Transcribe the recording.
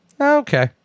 okay